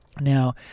Now